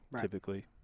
typically